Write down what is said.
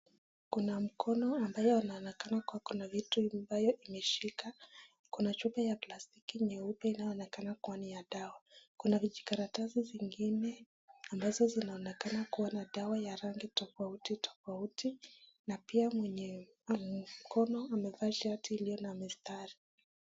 Kuna mkono ambayo inaonekana iko na vitu nyingi ambayo imeshika, kuna chupa ya palstiki nyeupe inaonekana kuwa ni ya dawa kuna vijikaratasi zingine ambazo zianokana kuwa na dawa ya rangi tofautitofauti, na pia mwenye mkono amevaa shati iliyo na mistari.